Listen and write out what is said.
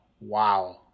Wow